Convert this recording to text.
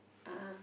ah